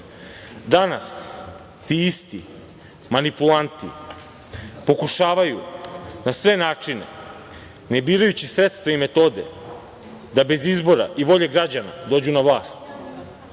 Danas ti isti manipulanti pokušavaju na sve načine, ne birajući sredstva i metode da bez izbora i volje građana dođu na vlast,